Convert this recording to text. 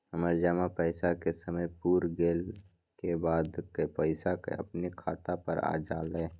हमर जमा पैसा के समय पुर गेल के बाद पैसा अपने खाता पर आ जाले?